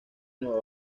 nueva